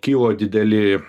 kilo dideli